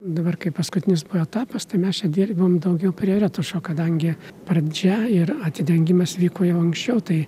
dabar kai paskutinis buvo etapas tai mes čia dirbom daugiau prie retušo kadangi pradžia ir atidengimas vyko jau anksčiau tai